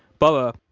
bubba,